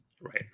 Right